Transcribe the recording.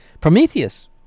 Prometheus